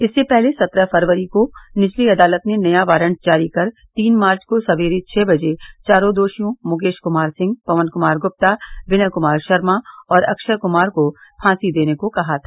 इससे पहले सत्रह फरवरी को निचली अदालत ने नया वारंट जारी कर तीन मार्च को सवेरे छह बजे चारों दोषियों मुकेश कुमार सिंह पवन कुमार गुप्ता विनय कुमार शर्मा और अक्षय कुमार को फांसी देने को कहा था